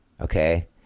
Okay